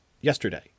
yesterday